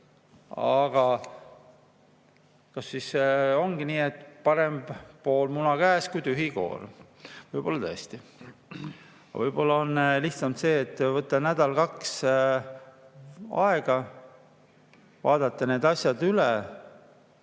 Aga kas siis ongi nii, et parem pool muna kui tühi koor? Võib-olla tõesti. Aga võib-olla on lihtsam võtta nädal-kaks aega, vaadata need asjad üle